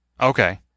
Okay